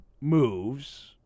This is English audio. moves